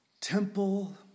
temple